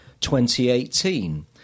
2018